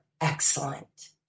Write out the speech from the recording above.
excellent